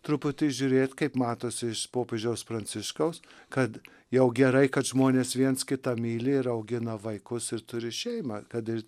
truputį žiūrėt kaip matosi iš popiežiaus pranciškaus kad jau gerai kad žmonės viens kitą myli ir augina vaikus ir turi šeimą kad ir